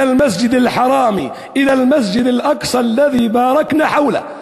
המסגד הקדוש אל המסגד הקיצון אשר נָתַנו ברכתנו על סביבותיו").